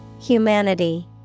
Humanity